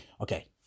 okay